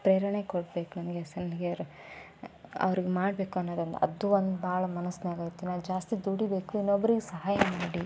ಪ್ರೇರಣೆ ಕೊಡಬೇಕು ನನಗೆ ಅವ್ರಗೆ ಮಾಡಬೇಕು ಅನ್ನೋದೊಂದು ಅದು ಒಂದು ಭಾಳ ಮನಸ್ನಾಗೈತಿ ನಾನು ಜಾಸ್ತಿ ದುಡಿಯಬೇಕು ಇನ್ನೊಬ್ರಿಗೆ ಸಹಾಯ ಮಾಡಿ